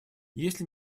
если